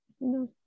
no